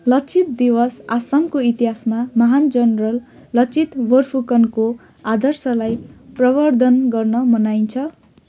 लाचित दिवस आसामको इतिहासमा महान जनरल लचित बोरफुकनको आदर्शलाई प्रवर्द्धन गर्न मनाइन्छ